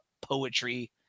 poetry